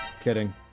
Kidding